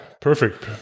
perfect